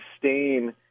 sustain